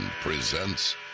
presents